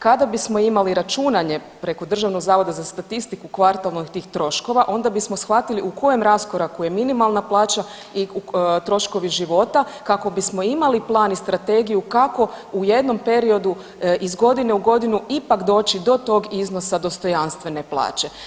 Kada bismo imali računanje preko Državnog zavoda za statiku kvartalno tih troškova onda bismo shvatili u kojem raskoraku je minimalna plaća i troškovi života kako bismo imali plan i strategiju kako u jednom periodu iz godine u godinu ipak doći do tog iznosa dostojanstvene plaće.